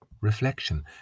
reflection